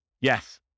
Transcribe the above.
Yes